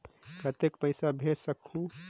कतेक पइसा भेज सकहुं?